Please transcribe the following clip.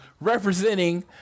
representing